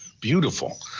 beautiful